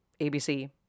ABC